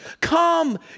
Come